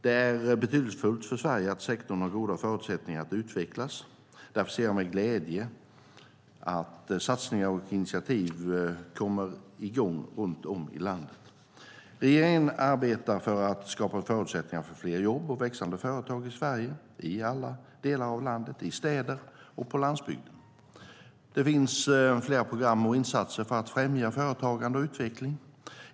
Det är betydelsefullt för Sverige att sektorn har goda förutsättningar att utvecklas. Därför ser jag med glädje att satsningar och initiativ kommer i gång runt om i landet. Regeringen arbetar för att skapa förutsättningar för fler jobb och växande företag i Sverige - i alla delar av landet, i städer och på landsbygden. Det finns flera program och insatser för att främja företagande och utveckling.